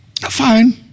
Fine